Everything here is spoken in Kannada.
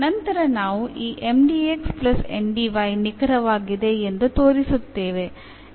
ನಂತರ ನಾವು ಈ ನಿಖರವಾಗಿದೆ ಎಂದು ತೋರಿಸುತ್ತೇವೆ